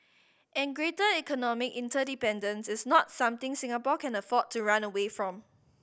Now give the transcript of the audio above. and greater economic interdependence is not something Singapore can afford to run away from